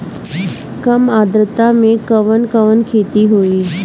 कम आद्रता में कवन कवन खेती होई?